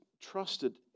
trusted